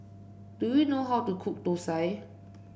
do you know how to cook thosai